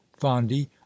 fondy